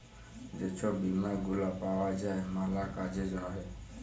যে ছব বীমা গুলা পাউয়া যায় ম্যালা কাজের জ্যনহে